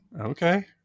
Okay